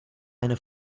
eine